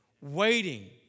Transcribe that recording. waiting